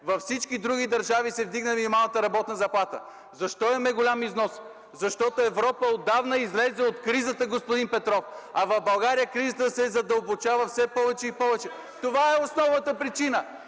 Във всички други държави се вдигна минималната работна заплата. Защо имаме голям износ? – защото Европа отдавна излезе от кризата, господин Петров, а в България кризата се задълбочава все повече и повече. Това е основната причина.